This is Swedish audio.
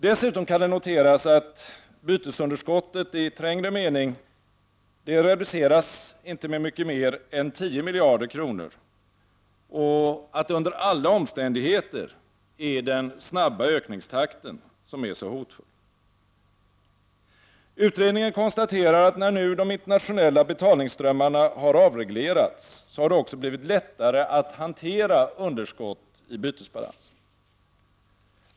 Dessutom kan det noteras att bytesunderskottet i trängre mening inte reduceras med mycket mer än 10 miljarder kronor och att det under alla omständigheter är den snabba ökningstakten som är så hotfull. Utredningen konstaterar att när nu de internationella betalningsströmmarna har avreglerats, har det också blivit lättare att hantera underskott i bytesbalansen.